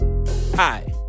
Hi